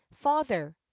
father